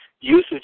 usage